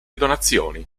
donazioni